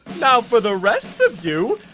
now for the rest of you,